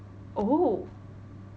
oh